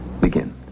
Begin